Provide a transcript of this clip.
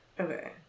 Okay